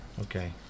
okay